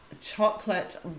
chocolate